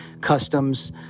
customs